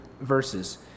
verses